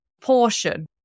portion